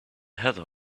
heather